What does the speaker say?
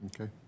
Okay